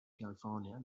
california